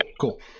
Cool